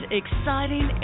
exciting